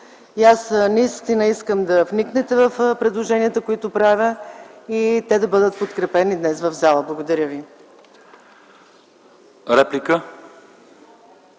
Аз наистина искам да вникнете в предложенията, които правя, и те да бъдат подкрепени днес в пленарната зала. Благодаря ви.